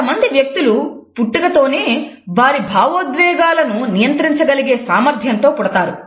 కొంతమంది వ్యక్తులు పుట్టుకతోనే వారి భావోద్వేగాలను నియంత్రించగలిగే సామర్ధ్యంతో పుడతారు